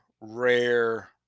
rare